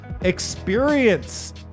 experience